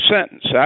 sentence